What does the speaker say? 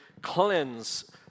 cleanse